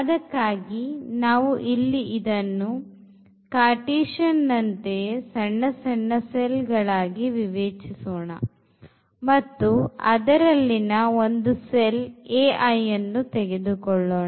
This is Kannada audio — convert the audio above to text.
ಅದಕ್ಕಾಗಿ ನಾವು ಇಲ್ಲಿ ಅದನ್ನು ಕಾರ್ಟೀಸಿಯನ್ನಂತೆ ಸಣ್ಣ ಸಣ್ಣ cellಗಳಾಗಿ ವಿವೇಚಿಸೋಣ ಮತ್ತು ಅದರಲ್ಲಿನ ಒಂದು cell ಅನ್ನು ತೆಗೆದುಕೊಳ್ಳೋಣ